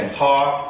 talk